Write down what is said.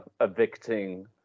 evicting